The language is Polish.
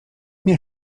nie